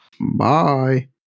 Bye